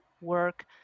work